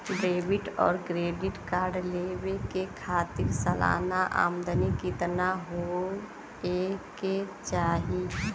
Debit और credit card लेवे के खातिर सलाना आमदनी कितना हो ये के चाही?